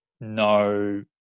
no